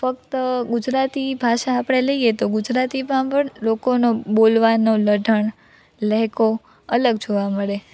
ફક્ત ગુજરાતી ભાષા આપણે લઈએ તો ગુજરાતીમાં પણ લોકોનો બોલવાનો લઢણ લેહકો અલગ જોવા મળે